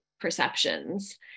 perceptions